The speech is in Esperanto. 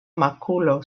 makulo